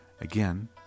again